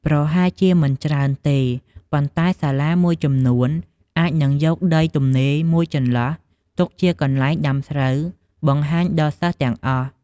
ប្រហែលជាមិនច្រើនទេ ប៉ុន្តែសាលាមួយចំនួនអាចនឹងយកដីទំនេរមួយចន្លោះទុកជាកន្លែងដាំស្រូវបង្ហាញដល់សិស្សទាំងអស់។